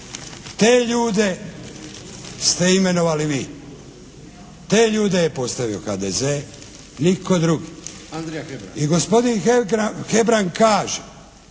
te ljude ste imenovali vi. Te ljude je postavio HDZ, nitko drugi. …/Upadica: